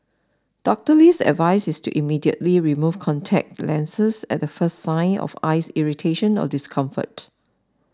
Doctor Lee's advice is to immediately remove contact lenses at the first sign of eye irritation or discomfort